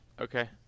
okay